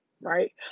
right